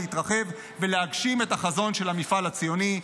להתרחב ולהגשים את החזון של המפעל הציוני.